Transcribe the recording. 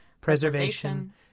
preservation